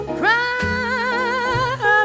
cry